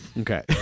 Okay